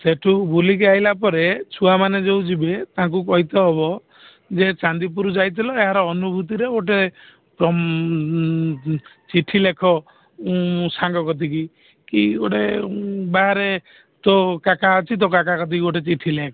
ସେଠୁ ବୁଲିକି ଆସିଲା ପରେ ଛୁଆମାନେ ଯେଉଁ ଯିବେ ତାଙ୍କୁ କଇତେ ହବ ଯେ ଚାନ୍ଦିପୁର ଯାଇଥିଲ ଏହାର ଅନୁଭୁତିରେ ଗୋଟେ ତୁମ ଚିଠି ଲେଖ ସାଙ୍ଗ କତିକି କି ଗୋଟେ ବାହାରେ ତୋ କାକା ଅଛି ତୋ କାକା କତିକି ଗୋଟେ ଚିଠି ଲେଖ